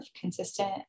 consistent